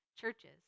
churches